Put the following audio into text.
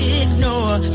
ignore